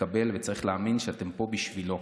לקבל וצריך להאמין שאתם פה בשבילו.